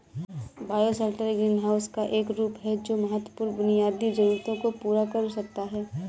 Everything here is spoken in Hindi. बायोशेल्टर ग्रीनहाउस का एक रूप है जो महत्वपूर्ण बुनियादी जरूरतों को पूरा कर सकता है